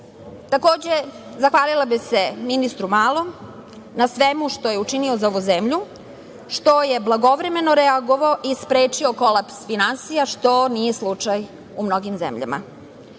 države. Takođe, zahvalila bih se ministru Malom na svemu što je učinio za ovu zemlju, što je blagovremeno reagovao i sprečio kolaps finansija, što nije slučaj u mnogim zemljama.